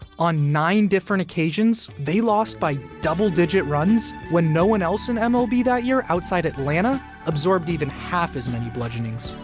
on nine different occasions, they lost by double-digit runs when no one else in um ah mlb that year outside atlanta absorbed even half as many bludgeonings.